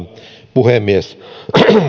puhemies